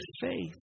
faith